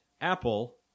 Apple